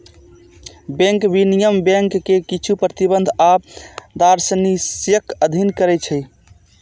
bank विनियमन bank कें किछु प्रतिबंध आ दिशानिर्देशक अधीन करै छै